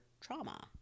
trauma